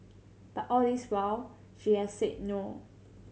but all this while she has said no